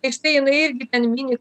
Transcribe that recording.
ir štai jinai irgi ten mini